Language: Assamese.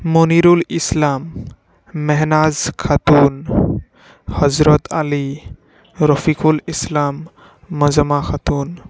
মণিৰুল ইছলাম মেহনাজ খাতুন হজৰত আলি ৰফিকুল ইছলাম মাজামা খাতুন